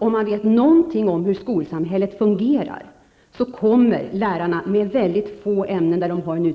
Om man vet någonting om hur skolsamhället fungerar inser man att lärare med utbildning i få ämnen kommer